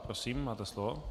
Prosím, máte slovo.